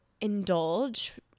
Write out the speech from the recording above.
indulge